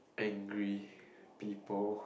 angry people